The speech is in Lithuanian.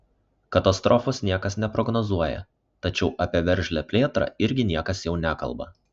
katastrofos niekas neprognozuoja tačiau apie veržlią plėtrą irgi niekas jau nekalba